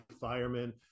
firemen